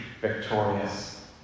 victorious